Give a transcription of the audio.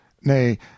nay